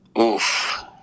Oof